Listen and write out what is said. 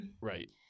Right